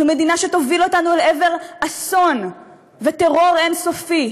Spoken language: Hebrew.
זו מדינה שתוביל אותנו אל עבר אסון וטרור אין-סופי.